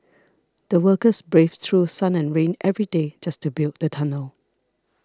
the workers braved through sun and rain every day just to build the tunnel